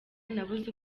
nabuze